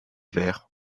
vert